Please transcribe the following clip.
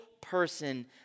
person